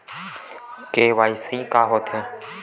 KYC का होथे?